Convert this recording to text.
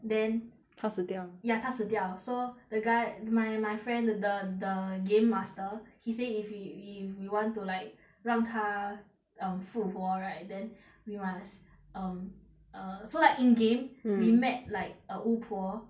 then 他死掉 ya 他死掉 so the guy my my friend the the the game master he said if you we we we want to like 让他 um 复活 right then we must um err so like in game mm we met like a 巫婆